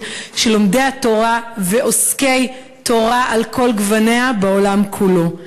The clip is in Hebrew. של לומדי תורה ועוסקי תורה על כל גווניה בעולם כולו.